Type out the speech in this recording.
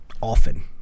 often